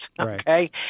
Okay